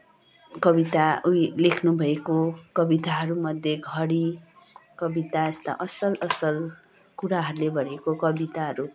कविता लेख्नुभएको कविताहरूमध्ये घडी कविता यस्ता असल असल कुराहरूले भरिएका कविताहरू